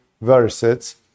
verses